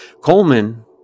Coleman